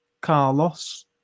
Carlos